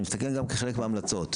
אגב, אני מסתכל גם כחלק מההמלצות.